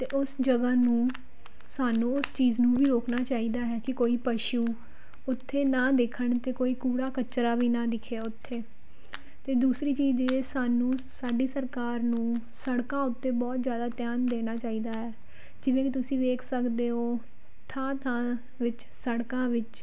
ਅਤੇ ਉਸ ਜਗ੍ਹਾ ਨੂੰ ਸਾਨੂੰ ਉਸ ਚੀਜ਼ ਨੂੰ ਵੀ ਰੋਕਣਾ ਚਾਹੀਦਾ ਹੈ ਕਿ ਕੋਈ ਪਸ਼ੂ ਉੱਥੇ ਨਾ ਦਿਖਣ ਅਤੇ ਕੋਈ ਕੂੜਾ ਕਚਰਾ ਵੀ ਨਾ ਦਿਖੇ ਉੱਥੇ ਤਾਂ ਦੂਸਰੀ ਚੀਜ਼ ਇਹ ਸਾਨੂੰ ਸਾਡੀ ਸਰਕਾਰ ਨੂੰ ਸੜਕਾਂ ਉੱਤੇ ਬਹੁਤ ਜ਼ਿਆਦਾ ਧਿਆਨ ਦੇਣਾ ਚਾਹੀਦਾ ਹੈ ਜਿਵੇਂ ਕਿ ਤੁਸੀਂ ਵੇਖ ਸਕਦੇ ਹੋ ਥਾਂ ਥਾਂ ਵਿੱਚ ਸੜਕਾਂ ਵਿੱਚ